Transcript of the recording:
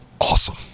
awesome